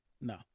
no